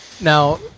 Now